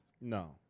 No